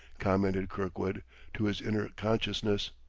commented kirkwood to his inner consciousness.